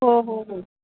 हो हो हो